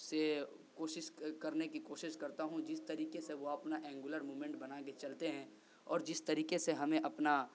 سے کوشش کرنے کی کوشش کرتا ہوں جس طریقے سے وہ اپنا اینگولر مومنٹ بنا کے چلتے ہیں اور جس طریقے سے ہمیں اپنا